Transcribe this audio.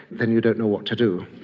then you don't know what to do.